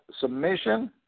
submission